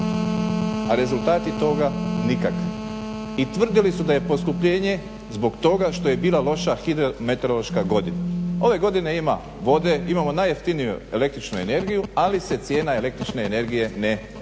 a rezultati toga nikakvi. I tvrdili su da je poskupljenje zbog toga što je bila loša hidrometereološka godina. Ove godine ima, imamo najjeftiniju el.energiju ali se cijena el.energije ne spušta